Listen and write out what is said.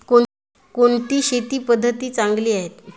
कोणती शेती पद्धती चांगली आहे?